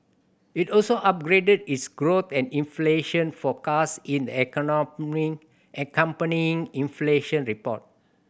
it also upgraded its growth and inflation forecast in the accompanying inflation report